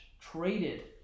traded